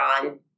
on